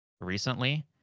recently